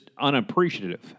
unappreciative